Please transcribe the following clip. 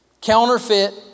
counterfeit